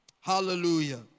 Hallelujah